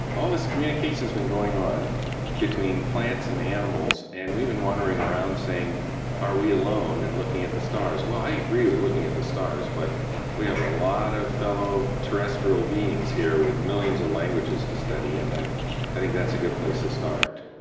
all this communication has been going on between plants and animals and we've been wandering around saying are we alone and looking at the stars, well, i agree with looking at the stars, but we have a lot of fellow terrestrial beings here with millions of languages to study, and i i think that's a good place to start.